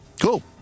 Cool